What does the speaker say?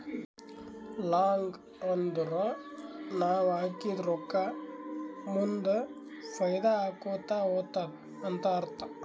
long ಅಂದುರ್ ನಾವ್ ಹಾಕಿದ ರೊಕ್ಕಾ ಮುಂದ್ ಫೈದಾ ಆಕೋತಾ ಹೊತ್ತುದ ಅಂತ್ ಅರ್ಥ